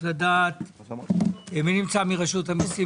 אני מבקש רק לדעת מי נמצא מרשות המסים?